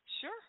Sure